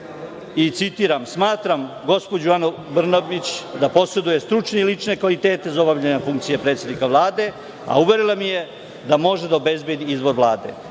i citiram – smatram gospođu Anu Brnabić da poseduje stručne i lične kvalitete za obavljanje funkcije predsednika Vlade, a uverila me je da može da obezbedi izbor Vlade.